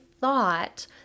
thought